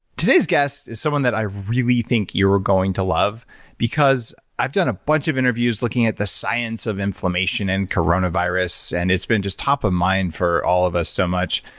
today's guest is someone that i really think you're going to love because i've done a bunch of interviews looking at the science of inflammation and coronavirus and it's been just top of mind for all of us so much.